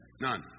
None